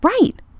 right